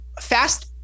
fast